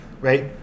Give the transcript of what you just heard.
Right